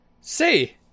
Say